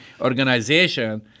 organization